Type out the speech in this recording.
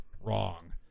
wrong